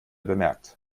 bemerkt